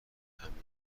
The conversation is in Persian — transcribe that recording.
همهجانبه